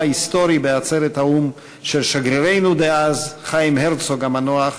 ההיסטורי בעצרת האו"ם של שגרירנו דאז חיים הרצוג המנוח,